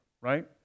right